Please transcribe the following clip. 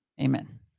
Amen